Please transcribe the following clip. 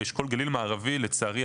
באשכול גליל מערבי לצערי,